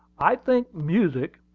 i think music,